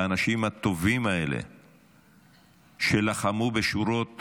האנשים הטובים האלה שלחמו בשורות